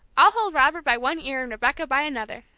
i'll hold robert by one ear and rebecca by another,